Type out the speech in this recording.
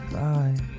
Bye